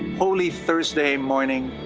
holy thursday morning,